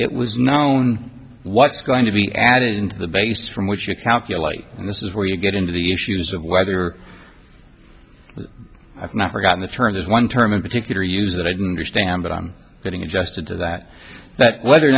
it was known what's going to be added into the base from which you calculate and this is where you get into the issues of whether i've not forgotten the term is one term in particular use that i don't understand but i'm getting adjusted to that that whether or